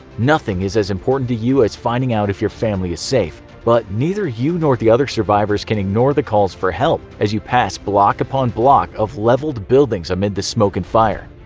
nothing is as important to you as finding out if your family is safe, but neither you nor the other survivors can ignore the calls for help as you pass block upon block of leveled buildings amid the smoke and fire.